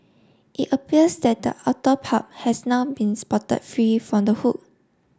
it appears that the otter pup has now been spotted free from the hook